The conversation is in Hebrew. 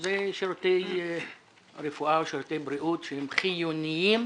אלה שירותי רפואה ושירותי בריאות חיוניים